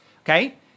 okay